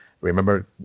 remember